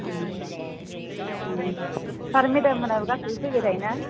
सार मेदाममोनहाबो गासैबो फैबाय थायोना